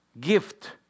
gift